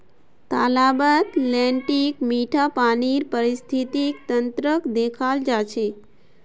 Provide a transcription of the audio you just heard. तालाबत लेन्टीक मीठा पानीर पारिस्थितिक तंत्रक देखाल जा छे